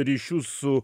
ryšių su